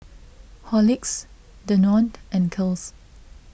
Horlicks Danone and Kiehl's